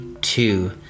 two